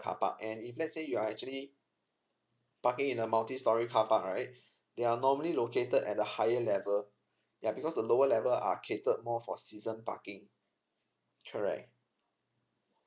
carpark and if let's say you are actually parking in a multistorey right they are normally located at a higher level yeah because the lower level are catered more for season parking correct